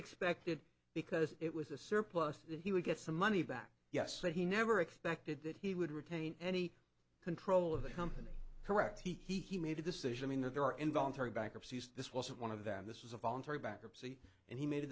expected because it was a surplus that he would get some money back yes but he never expected that he would retain any control of the company correct he he made a decision that there are involuntary bankruptcies this wasn't one of them this was a voluntary bankruptcy and he made a